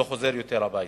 לא חוזר הביתה.